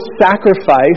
sacrifice